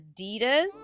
Adidas